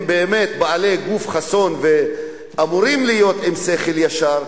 באמת בעלי גוף חסון ואמורים להיות עם שכל ישר,